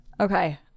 Okay